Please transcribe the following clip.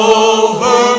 over